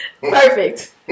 perfect